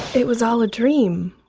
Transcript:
it was all a dream.